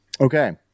Okay